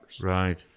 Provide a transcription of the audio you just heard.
Right